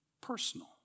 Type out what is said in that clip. personal